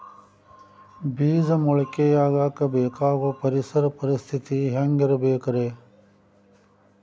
ಬೇಜ ಮೊಳಕೆಯಾಗಕ ಬೇಕಾಗೋ ಪರಿಸರ ಪರಿಸ್ಥಿತಿ ಹ್ಯಾಂಗಿರಬೇಕರೇ?